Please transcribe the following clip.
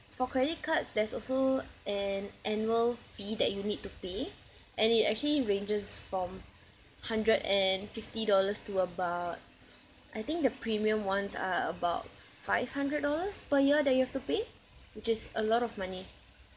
for credit cards there's also an annual fee that you need to pay and it actually ranges from hundred and fifty dollars to about I think the premium ones are about five hundred dollars per year that you have to pay which is a lot of money